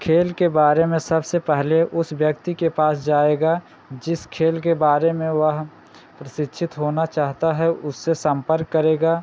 खेल के बारे में सबसे पहले उस व्यक्ति के पास जाएगा जिस खेल के बारे में वह प्रशिक्षित होना चाहता है उससे सम्पर्क करेगा